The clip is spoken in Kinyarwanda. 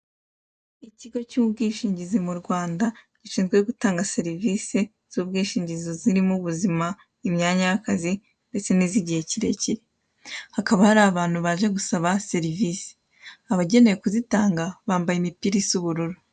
Ikigo cy'ubwishingizi mu Rwanda gishinzwe gutanga serivise z'ubwishingizi zirimo ubuzima, imyanya y'akazi ndetse n'izigihe kirekire, hakaba hari abantu baje gusaba serivise, abagenewe kuzitanga bambaye imipira isa ubururu.